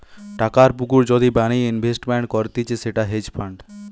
টাকার পুকুর যদি বানিয়ে ইনভেস্টমেন্ট করতিছে সেটা হেজ ফান্ড